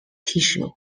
tissue